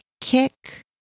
kick